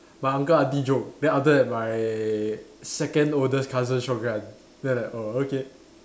my uncle aunty joke then after that my second oldest cousin shotgun then like oh okay